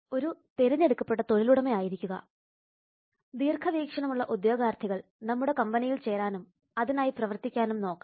ഒരു തിരഞ്ഞെടുക്കപ്പെട്ട തൊഴിലുടമ ആയിരിക്കുക ദീർഘവീക്ഷണമുള്ള ഉദ്യോഗാർത്ഥികൾ നമ്മുടെ കമ്പനിയിൽ ചേരാനും അതിനായി പ്രവർത്തിക്കാനും നോക്കണം